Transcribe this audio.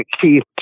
keith